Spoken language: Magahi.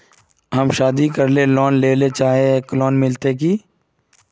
हम शादी करले लोन लेले चाहे है लोन मिलते की?